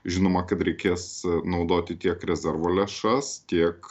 žinoma kad reikės naudoti tiek rezervo lėšas tiek